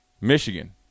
Michigan